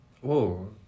Whoa